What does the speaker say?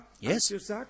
Yes